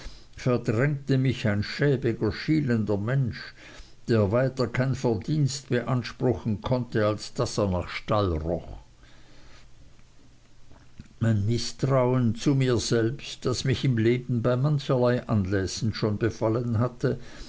verdrängte mich ein schäbiger schielender mensch der weiter kein verdienst beanspruchen konnte als daß er nach stall roch mein mißtrauen zu mir selbst das mich im leben bei mancherlei anlässen schon befallen hatte